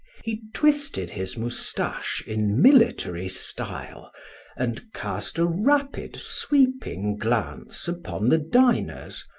he twisted his mustache in military style and cast a rapid, sweeping glance upon the diners,